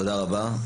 תודה רבה.